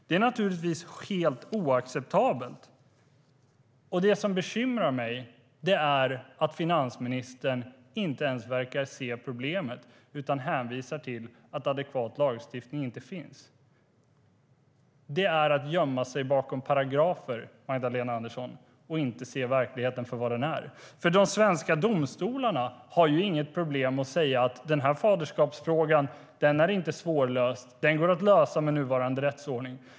Det är naturligtvis helt oacceptabelt. Det som bekymrar mig är att finansministern inte ens verkar se problemet utan hänvisar till att adekvat lagstiftning inte finns. Det är att gömma sig bakom paragrafer, Magdalena Andersson, och inte se verkligheten för vad den är. De svenska domstolarna har inget problem med att säga att faderskapsfrågan inte är svårlöst utan går att lösa med nuvarande rättsordning.